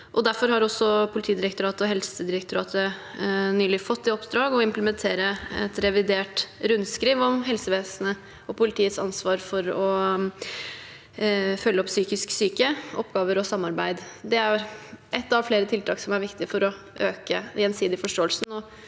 Politidirektoratet og Helsedirektoratet nylig fått i oppdrag å implementere et revidert rundskriv om helsevesenets og politiets ansvar for å følge opp psykisk syke, oppgaver og samarbeid. Det er ett av flere tiltak som er viktig for å øke den gjensidige forståelsen